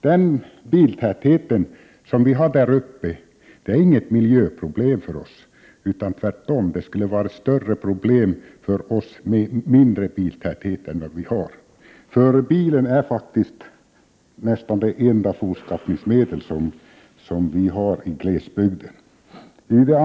Den biltäthet vi har där uppe är inget miljöproblem för oss. Tvärtom, det skulle vara större problem för oss med en mindre biltäthet. Bilen är faktiskt nästan det enda fortskaffningsmedel vi har i glesbygden.